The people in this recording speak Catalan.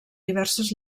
diverses